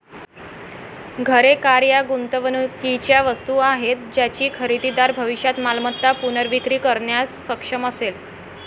घरे, कार या गुंतवणुकीच्या वस्तू आहेत ज्याची खरेदीदार भविष्यात मालमत्ता पुनर्विक्री करण्यास सक्षम असेल